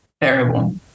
terrible